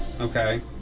Okay